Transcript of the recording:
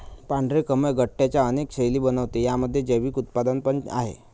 पांढरे कमळ गट्ट्यांच्या अनेक शैली बनवते, यामध्ये जैविक उत्पादन पण आहे